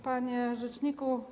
Panie Rzeczniku!